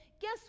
guess